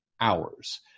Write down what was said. hours